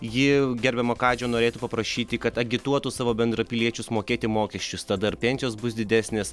ji gerbiamo kadžio norėtų paprašyti kad agituotų savo bendrapiliečius mokėti mokesčius tada ir pensijos bus didesnės